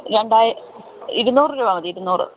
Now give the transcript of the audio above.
രണ്ടായി ഇരുനൂറ് രൂപ മതി ഇരുനൂറ്